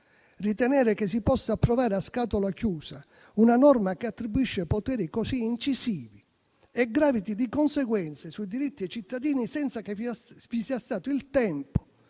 ritenere che si possa approvare a scatola chiusa una norma che attribuisce poteri così incisivi e gravidi di conseguenze sui diritti dei cittadini senza che vi siano stati il tempo